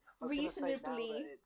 reasonably